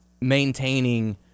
maintaining